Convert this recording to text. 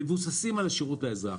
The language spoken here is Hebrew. מבוססים על שירות לאזרח,